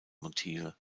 motive